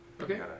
Okay